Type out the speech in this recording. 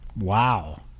wow